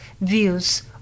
views